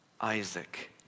Isaac